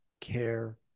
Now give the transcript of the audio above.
care